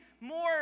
more